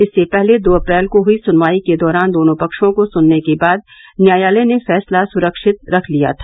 इससे पहले दो अप्रैल को हुई सुनवाई के दौरान दोनों पक्षों को सुनने के बाद न्यायालय ने फैसला सुरक्षित रख लिया था